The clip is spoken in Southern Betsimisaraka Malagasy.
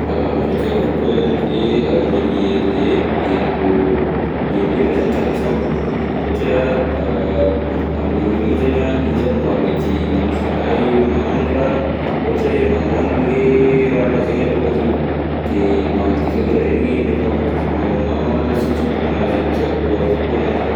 Raha tiako koa zany de le mihai- haino- mihaino hira zany tena tiako, satria amle hira iny zany an, igny zany mahamety manosika anahy magnandra ohatra hoe magnandro le raharaha zegny ataoko akeo, de mandefa hira zegny mety mahavoatosy maha- tsimisitonona zegny tiako alefa koa zany zaho.